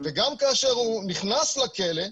גם כאשר הוא נכנס לכלא,